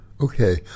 Okay